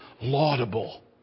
laudable